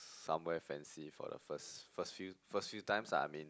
somewhere fancy for the first first few first few times lah I mean